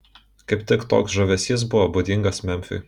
kaip tik toks žavesys buvo būdingas memfiui